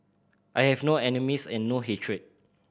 I have no enemies and no hatred